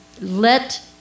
let